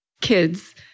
kids